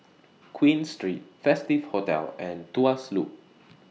Queen Street Festive Hotel and Tuas Loop